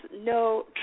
no